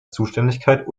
zuständigkeit